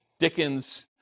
Dickens